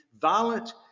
violent